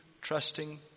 trusting